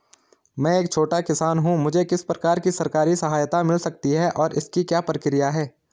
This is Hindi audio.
मैं एक छोटा किसान हूँ मुझे किस प्रकार की सरकारी सहायता मिल सकती है और इसकी क्या प्रक्रिया है?